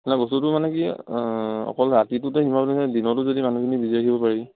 বস্তুটো মানে কি অকল ৰাতিটোতে সীমাবদ্ধ নহয় দিনতো যদি মানুহখিনি বিজি ৰাখিব পাৰি